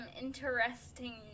interesting